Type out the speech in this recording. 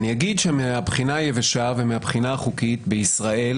אני אגיד שמהבחינה היבשה ומהבחינה החוקית בישראל,